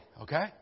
Okay